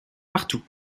partout